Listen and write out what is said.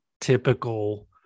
typical